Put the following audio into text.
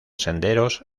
senderos